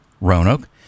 Roanoke